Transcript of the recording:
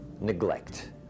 Neglect